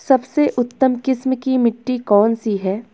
सबसे उत्तम किस्म की मिट्टी कौन सी है?